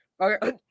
okay